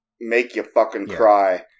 make-you-fucking-cry